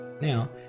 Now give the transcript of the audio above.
Now